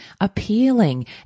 appealing